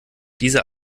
diese